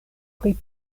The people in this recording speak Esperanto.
pri